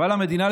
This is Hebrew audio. אבל המדינה,